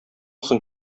соң